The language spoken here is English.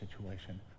situation